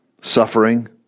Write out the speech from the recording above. Suffering